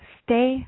stay